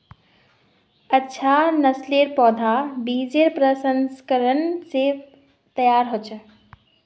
अच्छा नासलेर पौधा बिजेर प्रशंस्करण से तैयार होचे